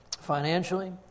financially